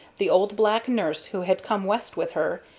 the old black nurse who had come west with her,